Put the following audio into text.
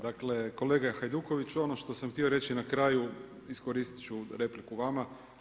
Dakle, kolega Hajdukoviću ono što sam htio reći na kraju iskoristit ću repliku vama.